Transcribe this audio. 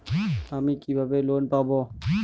আমি কিভাবে লোন পাব?